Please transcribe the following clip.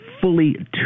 fully